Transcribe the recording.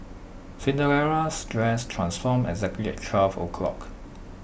Cinderella's dress transformed exactly at twelve o'clock